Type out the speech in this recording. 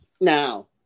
now